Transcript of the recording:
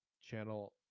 channel